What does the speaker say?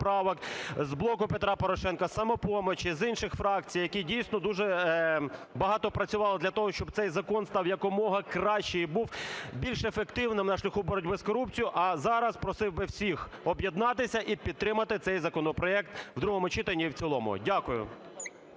з "Блоку Петра Порошенка", "Самопомочі", з інших фракцій, які, дійсно, дуже багато працювали для того, щоб цей закон став якомога краще і був більш ефективним на шляху боротьби з корупцією. А зараз просив би всіх об'єднатися і підтримати цей законопроект в другому читанні і в цілому. Дякую.